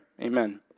Amen